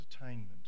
entertainment